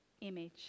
image